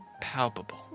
palpable